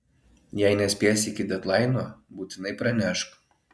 jei nespėsi iki dedlaino būtinai pranešk